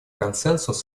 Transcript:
консенсус